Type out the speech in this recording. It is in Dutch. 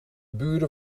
buren